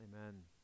Amen